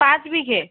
পাঁচ বিঘে